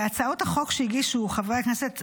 בהצעות החוק שהגישו חבר הכנסת סולומון,